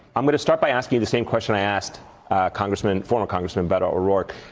i'm going to start by asking the same question i asked congressman former congressman beto o'rourke.